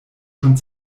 schon